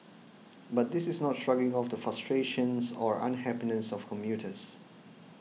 but this is not shrugging off the frustrations or unhappiness of commuters